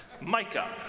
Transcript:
Micah